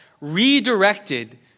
redirected